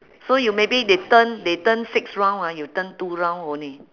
so you maybe they turn they turn six round ah you turn two round only